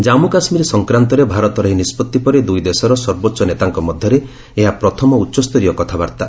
ଜାନ୍ମୁ କାଶ୍ମୀର ସଂକ୍ରାନ୍ତରେ ଭାରତର ଏହି ନିଷ୍ପଭି ପରେ ଦୁଇ ଦେଶର ସର୍ବୋଚ୍ଚ ନେତାଙ୍କ ମଧ୍ୟରେ ଏହା ପ୍ରଥମ ଉଚ୍ଚସ୍ତରୀୟ କଥାବାର୍ତ୍ତା